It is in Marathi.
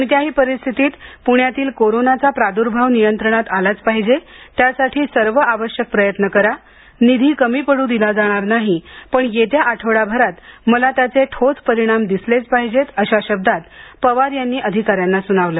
कोणत्याही परिस्थितीत पुण्यातील कोरोनाचा प्रादुर्भाव नियंत्रणात आलाच पाहिजे त्यासाठी सर्व आवश्यक प्रयत्न करा निधी कमी पडू दिला जाणार नाही पण येत्या आठवडाभरात मला त्याचे ठोस परिणाम दिसलेच पाहिजेत अशा शब्दात पवार यांनी अधिकाऱ्यांना सुनावलं